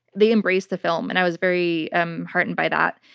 they embraced the film and i was very um heartened by that.